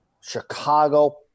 Chicago